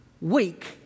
weak